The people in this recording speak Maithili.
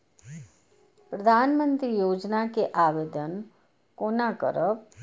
प्रधानमंत्री योजना के आवेदन कोना करब?